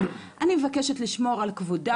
אני מבקשת לשמור על כבודם.